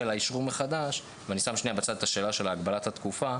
והאשרור מחדש ואני שם בצד את העניין של הגבלת התקופה